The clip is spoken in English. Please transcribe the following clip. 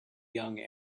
young